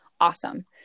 Awesome